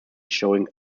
showing